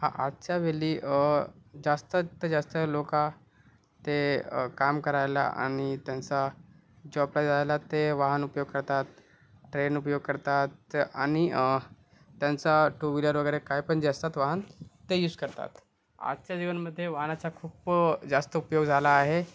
हा आजच्या वेळी जास्तीत जास्त लोक ते काम करायला आणि त्यांचा जॉबला जायला ते वाहन उपयोग करतात ट्रेन उपयोग करतात आणि त्यांचा टू व्हिलर वगैरे काय पण जे असतात वाहन ते यूज करतात आजच्या जीवनमध्ये वाहनाचा खूप जास्त उपयोग झाला आहे